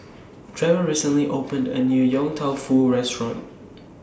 Trevor recently opened A New Yong Tau Foo Restaurant